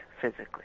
physically